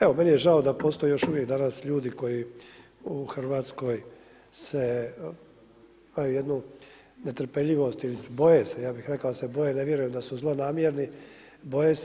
Evo meni je žao da postoji još uvijek danas ljudi koji u Hrvatskoj se imaju jednu netrpeljivost ili se boje, ja bih rekao da se boje, ne vjerujem da su zlonamjerni, boje se.